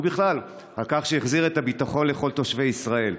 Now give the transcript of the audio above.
ובכלל, על כך שהחזיר את הביטחון לכל תושבי ישראל.